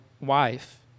wife